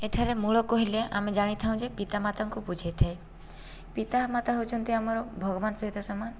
ଏଠାରେ ମୂଳ କହିଲେ ଆମେ ଜାଣିଥାଉ ଯେ ପିତା ମତାଙ୍କୁ ବୁଝେଇଥାଏ ପିତା ମାତା ହେଉଛନ୍ତି ଆମର ଭଗବାନ ସହିତ ସମାନ